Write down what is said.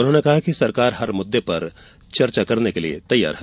उन्होंने कहा कि सरकार हर मुद्दे पर चर्चा के लिए तैयार है